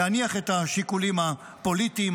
להניח את השיקולים הפוליטיים,